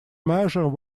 measure